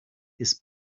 his